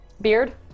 Beard